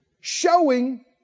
Showing